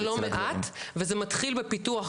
זה לא מעט וזה מתחיל בפיתוח גוף.